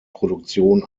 produktion